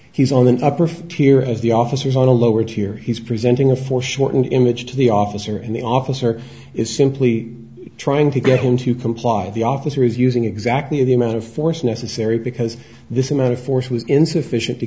he's on an upper tier as the officers on the lower tier he's presenting a foreshortened image to the officer and the officer is simply trying to get him to comply the officer is using exactly the amount of force necessary because this amount of force was insufficient to